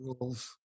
rules